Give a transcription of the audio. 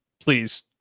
Please